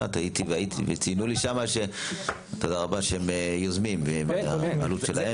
הייתי וציינו לפני שם שהם יוזמים והעלות שלהם.